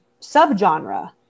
subgenre